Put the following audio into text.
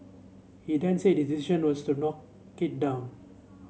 he then said decision was to knock it down